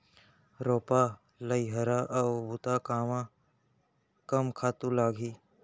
रोपा, लइहरा अऊ बुता कामा कम खातू लागही?